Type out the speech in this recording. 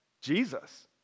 Jesus